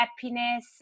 happiness